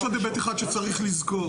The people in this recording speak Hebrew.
יש עוד היבט אחד שצריך לזכור.